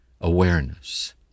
awareness